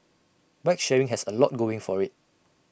bike sharing has A lot going for IT